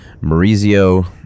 Maurizio